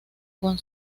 con